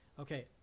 okay